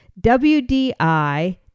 WDI